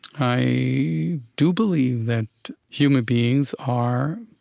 i do believe that human beings are,